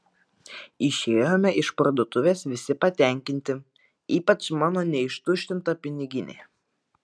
išėjome iš parduotuvės visi patenkinti ypač mano neištuštinta piniginė